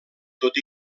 tot